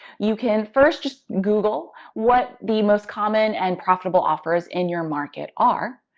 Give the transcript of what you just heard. you can first just google what the most common and profitable offers in your market are,